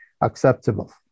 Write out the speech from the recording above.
acceptable